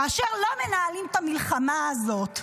כאשר לא מנהלים את המלחמה הזאת,